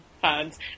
fans